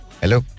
Hello